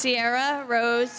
sierra rose